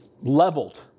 leveled